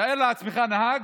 תאר לעצמך נהג,